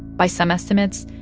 by some estimates,